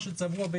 תחשבו על זה,